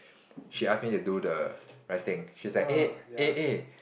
she ask me to do the writing she's like eh eh eh